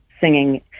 singing